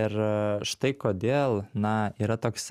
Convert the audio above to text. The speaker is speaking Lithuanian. ir štai kodėl na yra toks